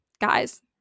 Guys